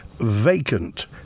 vacant